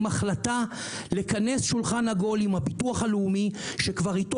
עם החלטה לכנס שולחן עגול עם הביטוח הלאומי שאיתו